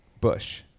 Bush